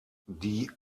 die